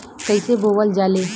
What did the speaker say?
कईसे बोवल जाले?